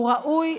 הוא ראוי,